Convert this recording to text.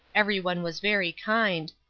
everyone was very kind.